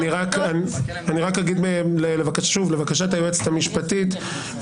אני מקווה שאתה מרגיש את האחריות על הכתפיים שלך.